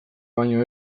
baino